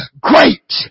Great